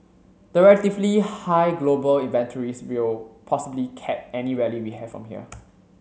the relatively high global inventories will possibly cap any rally we have from here